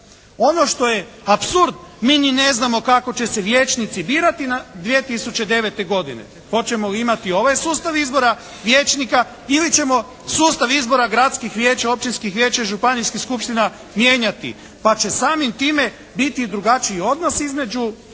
Ono što je apsurd mi ni ne znamo kako će se vijećnici birati 2009. godine, hoćemo li imati ovaj sustav izbora vijećnika ili ćemo sustav izbora gradskih vijeća, općinskih vijeća i županijskih skupština mijenjati pa će samim time biti i drugačiji odnos između